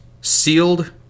sealed